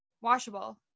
washable